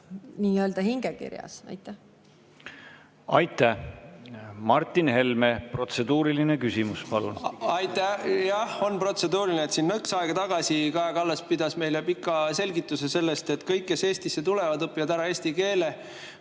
protseduuriline küsimus. Aitäh! Martin Helme, protseduuriline küsimus. Aitäh! Jah, on protseduuriline. Siin nõks aega tagasi Kaja Kallas pidas meile pika selgituse, et kõik, kes Eestisse tulevad, õpivad ära eesti keele,